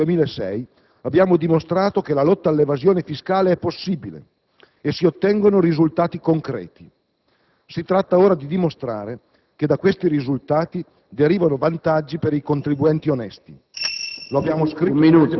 Con i provvedimenti del 2006 abbiamo dimostrato che la lotta all'evasione fiscale è possibile e si ottengono risultati concreti, si tratta ora di dimostrare che da questi risultati derivano vantaggi per i contribuenti onesti.